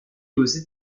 aux